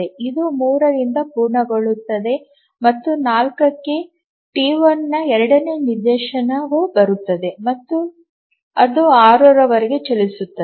ಇದು 3 ರಿಂದ ಪೂರ್ಣಗೊಳ್ಳುತ್ತದೆ ಮತ್ತು 4 ಕ್ಕೆ ಟಿ 1 ನ ಎರಡನೇ ನಿದರ್ಶನವು ಬರುತ್ತದೆ ಮತ್ತು ಅದು 6 ರವರೆಗೆ ಚಲಿಸುತ್ತದೆ